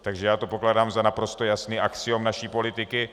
Takže já to pokládám za naprosto jasný axiom naší politiky.